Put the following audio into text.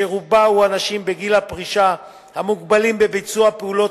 שרובה אנשים בגיל הפרישה המוגבלים בביצוע פעולות